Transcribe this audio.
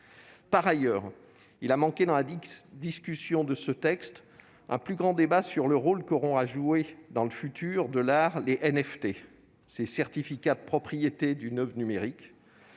Par ailleurs, il a manqué dans la discussion de ce texte un plus grand débat sur le rôle qu'auront à jouer dans le futur de l'art les NFT. Ces jetons non fongibles sont les certificats de propriété d'une oeuvre numérique.